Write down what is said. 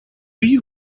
you